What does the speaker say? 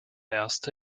erste